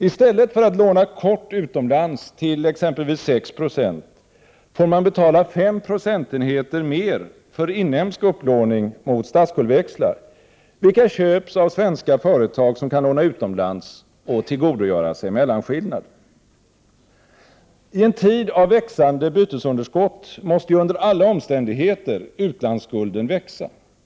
I stället för att låna kort utomlands till exempelvis 6 76 får man betala 5 procentenheter mer för inhemsk upplåning mot statsskuldväxlar, vilka köps av svenska företag som kan låna utomlands och tillgodogöra sig mellanskillnaden. I en tid av växande bytesunderskott måste under alla omständigheter utlandsskulden växa.